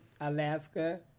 Alaska